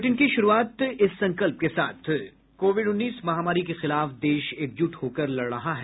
bulletin की शुरूआत से पहले ये संकल्प कोविड उन्नीस महामारी के खिलाफ देश एकजुट होकर लड़ रहा है